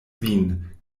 vin